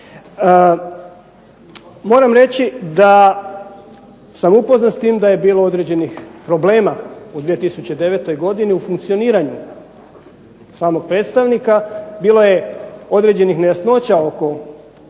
Moram reći da sam upoznat s tim da je bilo određenih problema u 2009. godini u funkcioniranju samog predstavnika. Bilo je određenih nejasnoća oko